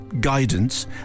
guidance